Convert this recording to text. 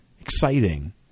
exciting